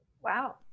wow